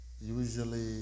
usually